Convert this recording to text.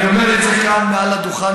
אני אומר כאן מעל הדוכן,